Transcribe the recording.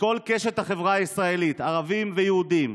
מכל קשת החברה הישראלית, ערבים ויהודים,